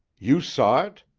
you saw it?